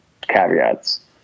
caveats